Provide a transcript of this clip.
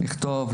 לכתוב,